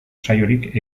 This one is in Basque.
saiorik